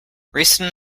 recent